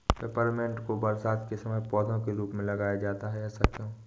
Peppermint को बरसात के समय पौधे के रूप में लगाया जाता है ऐसा क्यो?